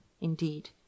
Indeed